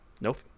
Nope